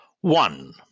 One